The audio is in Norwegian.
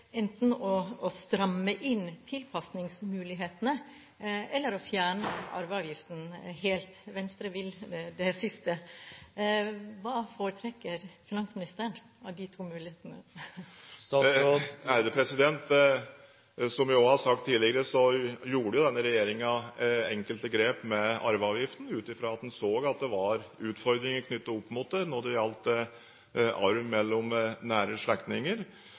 enten ved å stramme inn tilpasningsmulighetene eller ved å fjerne arveavgiften helt – Venstre vil det siste. Hvilken av de to mulighetene foretrekker finansministeren? Som jeg også har sagt tidligere, gjorde denne regjeringen enkelte grep med arveavgiften, ut fra at en så det var utfordringer knyttet opp mot det når det gjaldt arv mellom nære slektninger.